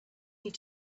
need